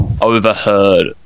overheard